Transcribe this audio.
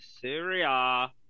Syria